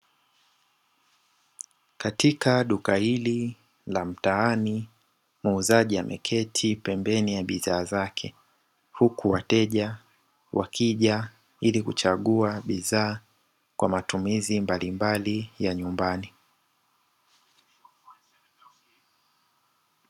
Katika duka hili la mtaani muuzaji ameketi pembeni ya bidhaa zake, huku wateja wakija ili kuchagua bidhaa kwa matumizi mbalimbali ya nyumbani.